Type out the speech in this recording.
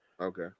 Okay